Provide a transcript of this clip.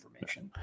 information